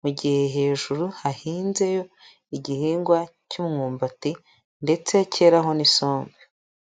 mu gihe hejuru hahinzeyo igihingwa cy'umwumbati ndetse cyeraho n'isombe.